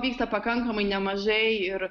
vyksta pakankamai nemažai ir